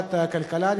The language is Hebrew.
בוועדת הכלכלה.